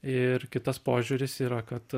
ir kitas požiūris yra kad